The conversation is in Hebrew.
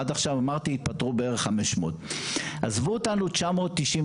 עד עכשיו התפטרו בערך 500. עזבו אותנו 996,